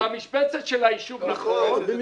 במשבצת של היישוב, נכון.